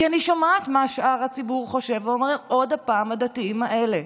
כי אני שומעת מה שאר הציבור חושב ואומר: עוד הפעם הדתיים האלה.